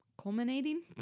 Culminating